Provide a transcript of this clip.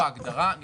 אני